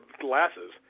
glasses